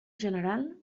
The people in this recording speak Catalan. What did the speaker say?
general